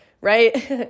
right